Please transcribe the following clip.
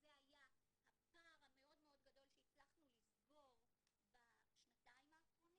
שזה היה הפער המאוד מאוד גדול שהצלחנו לסגור בשנתיים האחרונות,